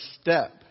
step